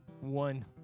one